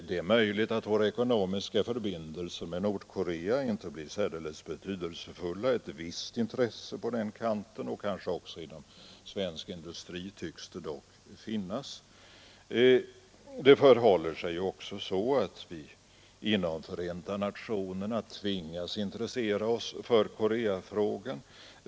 Det är möjligt att våra ekonomiska förbindelser med Nordkorea inte blir särdeles betydelsefulla; ett visst intresse på den kanten — och kanske också inom svensk industri — tycks det dock finnas. Det förhåller sig också så, att vi inom Förenta nationerna tvingas intressera oss för Koreafrågan.